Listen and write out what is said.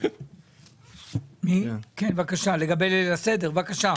כן בבקשה, לגבי ליל הסדר בבקשה.